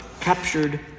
captured